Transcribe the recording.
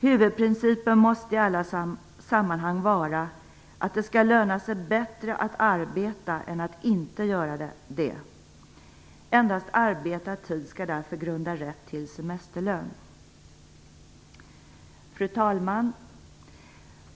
Huvudprincipen måste i alla sammanhang vara att det skall löna sig bättre att arbeta än att inte göra det. Endast arbetad tid skall därför grunda rätt till semesterlön. Fru talman!